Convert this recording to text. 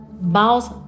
Mao's